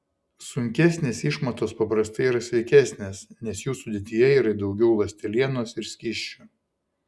sunkesnės išmatos paprastai yra sveikesnės nes jų sudėtyje yra daugiau ląstelienos ir skysčių